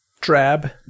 Drab